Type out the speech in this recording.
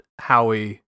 Howie